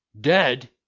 Dead